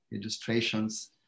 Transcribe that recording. illustrations